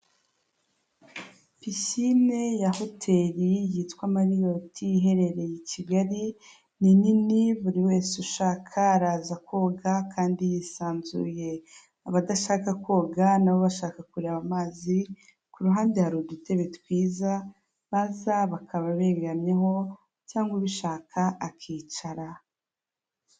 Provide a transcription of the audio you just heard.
Pisine ya hotel yitwa mariyoti ( mariot )iherereye i Kigali ni nini ,buri wese ushaka araza koga kandi yisanzuye, kubadashaka koga nabo bashaka kureba amazi ,ku ruhande hari udutebe twiza baza bakaba begamyeho cyangwa ubishaka akicara.